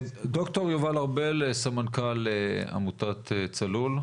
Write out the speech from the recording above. ד"ר יובל ארבל, סמנכ"ל עמותת "צלול".